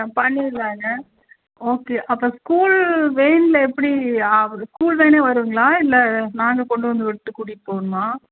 ஆ பண்ணிரலாங்க ஓகே அப்போ ஸ்கூல் வெயிலில் இல்லை எப்படி ஆவறது ஸ்கூல் வேனே வருங்களா இல்லை நாங்கள் கொண்டு வந்து விட்டு கூட்டிகிட்டு போகணுமா